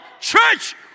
Church